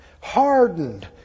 hardened